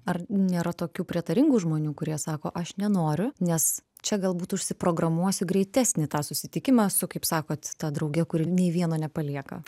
ar nėra tokių prietaringų žmonių kurie sako aš nenoriu nes čia galbūt užsiprogramuosiu greitesnį tą susitikimą su kaip sakot ta drauge kuri nei vieno nepalieka